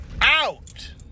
out